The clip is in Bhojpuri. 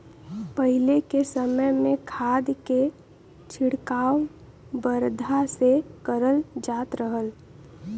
पहिले के समय में खाद के छिड़काव बरधा से करल जात रहल